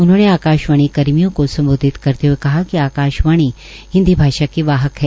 उन्होंने आकाश्वाणी कर्मियों को सम्बोधित करते हुए कहा िक आकाशवाणी हिन्दी भाषा की वाहक है